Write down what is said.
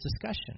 discussion